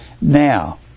now